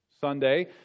Sunday